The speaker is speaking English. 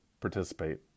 participate